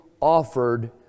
offered